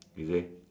you see